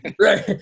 Right